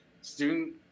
student